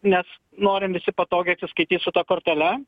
nes norim visi patogiai atsiskaityt su ta kortele